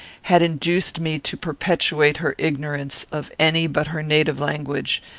had induced me to perpetuate her ignorance of any but her native language,